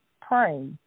Pray